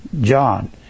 John